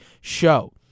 show